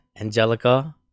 Angelica